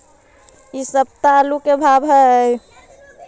इ सप्ताह आलू के का भाव है?